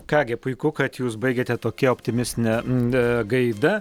ką gi puiku kad jūs baigiate tokia optimistine gaida